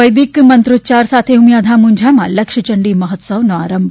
વૈદિક મંત્રોચ્યાર સાથે ઉમિયાધામ ઉંઝામાં લક્ષયંડી મહોત્સવનો આરંભ